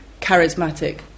charismatic